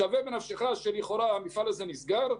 שווה בנפשך שלכאורה המפעל הזה נסגר,